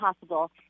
possible